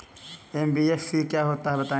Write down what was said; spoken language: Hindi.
एन.बी.एफ.सी क्या होता है बताएँ?